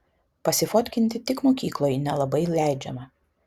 pasifotkinti tik mokykloj nelabai leidžiama